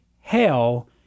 hell